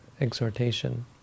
exhortation